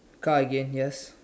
try again yes